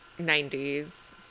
90s